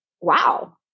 Wow